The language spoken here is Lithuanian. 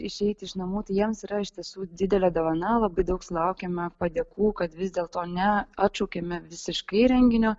išeit iš namų tai jiems yra iš tiesų didelė dovana labai daug sulaukėme padėkų kad vis dėlto ne atšaukėme visiškai renginio